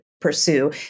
Pursue